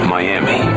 Miami